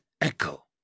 echo